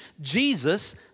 Jesus